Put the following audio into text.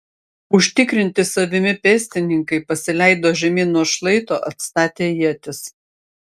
užtikrinti savimi pėstininkai pasileido žemyn nuo šlaito atstatę ietis